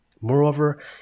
moreover